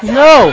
no